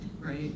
right